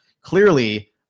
clearly